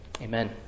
Amen